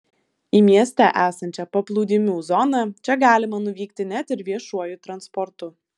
į mieste esančią paplūdimių zoną čia galima nuvykti net ir viešuoju transportu